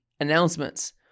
announcements